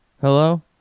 Hello